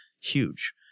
huge